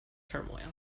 turmoil